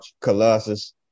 Colossus